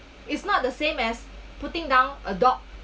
it's not the same as putting down adopt